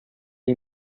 you